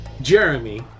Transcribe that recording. Jeremy